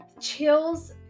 chills